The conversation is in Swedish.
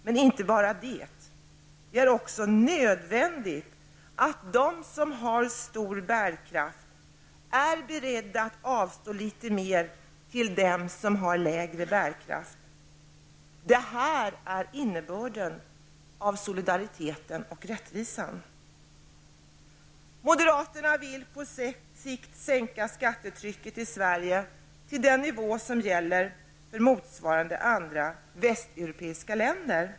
Men inte bara det, det är också nödvändigt att de som har stor bärkraft är beredda att avstå litet till dem som har lägre bärkraft. Detta är innebörden av solidariteten och rättvisan. Moderaterna vill på sikt sänka skattetrycket i Sverige till den nivå som gäller i motsvarande andra västeuropeiska länder.